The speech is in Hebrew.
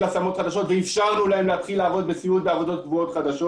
השמות חדשות ואפשרנו להם להתחיל לעבוד בסיעוד בעבודות חדשות.